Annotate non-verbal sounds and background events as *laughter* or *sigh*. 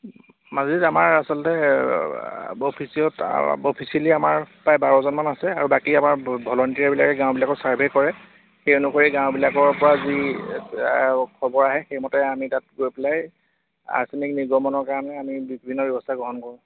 মাজুলীত আমাৰ আচলতে *unintelligible* আমাৰ প্ৰায় বাৰজনমান আছে আৰু বাকী আমাৰ ভলণ্টিয়াৰবিলাকে গাঁওবিলাকত ছাৰ্ভে কৰে সেই অনুসৰি গাঁওবিলাকৰ পৰা যি খবৰ আহে সেইমতে আমি তাত গৈ পেলাই আৰ্চেনিক নিৰ্গমনৰ কাৰণে আমি বিভিন্ন ব্যৱস্থা গ্ৰহণ কৰোঁ